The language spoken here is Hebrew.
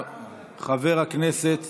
חבר הכנסת